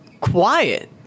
quiet